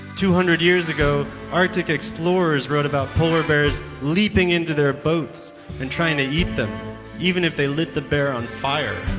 two hundred years ago, arctic explorers wrote about polar bears leaping into their boats and trying to eat them even if they lit the bear on fire.